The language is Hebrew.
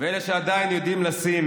ואלה שעדיין יודעים לשים